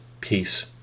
peace